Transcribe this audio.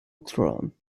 uachtaráin